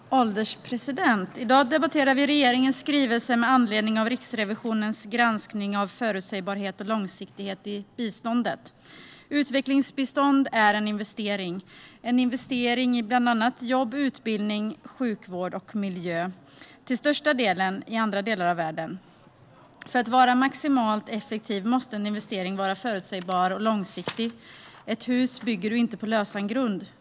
Fru ålderspresident! I dag debatterar vi regeringens skrivelse med anledning av Riksrevisionens granskning av förutsägbarhet och långsiktighet i biståndet. Utvecklingsbistånd är en investering, en investering i bland annat jobb, utbildning, sjukvård och miljö - till största delen i andra delar av världen. För att vara maximalt effektiv måste en investering vara förutsägbar och långsiktig. Ett hus bygger man inte på lösan sand.